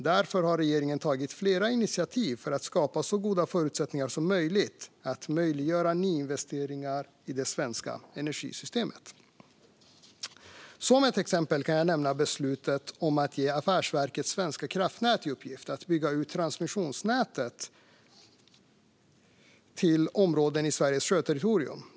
Därför har regeringen tagit flera initiativ för att skapa så goda förutsättningar som möjligt för nyinvesteringar i det svenska energisystemet. Som ett exempel kan jag nämna beslutet om att ge Affärsverket svenska kraftnät i uppgift att bygga ut transmissionsnätet till områden i Sveriges sjöterritorium.